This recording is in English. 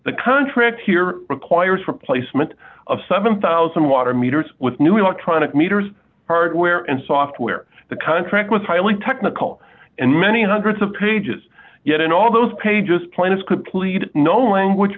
the contract here requires replacement of seven thousand water meters with new electronic meters hardware and software the contract was highly technical and many hundreds of pages yet in all those pages planets could plead no language